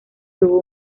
tuvo